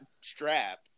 strap